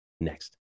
Next